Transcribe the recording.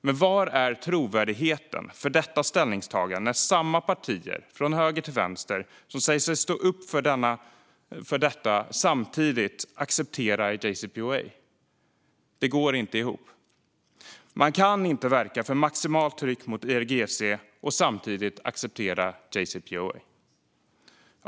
Men var är trovärdigheten för detta ställningstagande när samma partier, från höger till vänster, som säger sig stå för detta samtidigt accepterar JCPOA? Det går inte ihop. Man kan inte verka för maximalt tryck mot IRGC och samtidigt acceptera JCPOA.